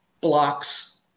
blocks